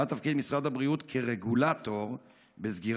מה תפקיד משרד הבריאות כרגולטור בסגירת